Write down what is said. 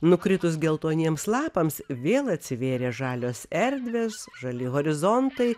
nukritus geltoniems lapams vėl atsivėrė žalios erdvės žali horizontai